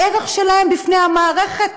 לערך שלהן בפני המערכת.